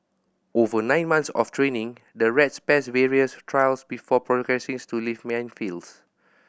over nine months of training the rats pass various trials before progressing to live minefields